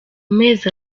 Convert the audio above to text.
mezi